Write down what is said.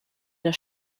der